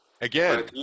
Again